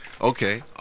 Okay